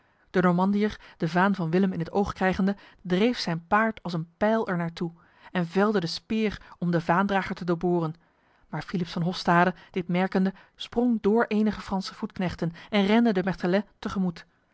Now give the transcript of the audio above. de normandiër de vaan van willem in het oog krijgende dreef zijn paard als een pijl er naar toe en velde de speer om de vaandrager te doorboren maar philips van hofstade dit merkende sprong door enige franse voetknechten en rende de mertelet tegemoet